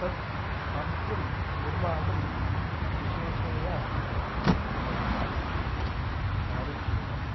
तत् खाद्यं निर्मातुं विशेषेण मैदा नारिकेलम्